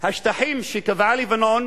השטחים שקבעה לבנון